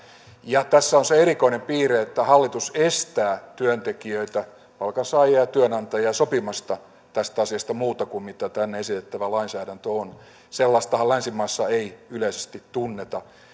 ja tässä on se erikoinen piirre että hallitus estää työntekijöitä palkansaajia ja työnantajia sopimasta tästä asiasta muuta kuin mitä tämä esitettävä lainsäädäntö on sellaistahan länsimaissa ei yleisesti tunneta